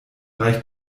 reicht